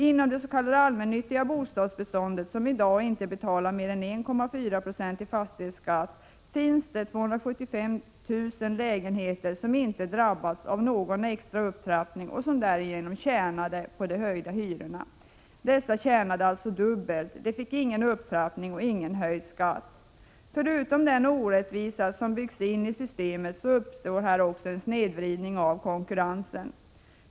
Inom det s.k. allmännyttiga bostadsbeståndet, som i dag inte betalar mer än 1,4 9 i fastighetsskatt, finns det 275 000 lägenheter som inte drabbats av någon extra upptrappning och vars ägare därigenom tjänar på de höjda hyrorna. De tjänar alltså dubbelt; de får ingen upptrappning och ingen höjd skatt. Förutom den orättvisa som byggs in i systemet uppstår här också en snedvridning av konkurrensen.